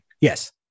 Yes